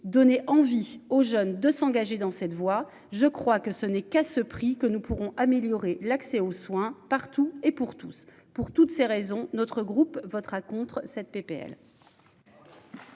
donner envie aux jeunes de s'engager dans cette voie. Je crois que ce n'est qu'à ce prix que nous pourrons améliorer l'accès aux soins partout et pour tous, pour toutes ces raisons, notre groupe votera contre cette PPL.